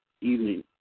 evening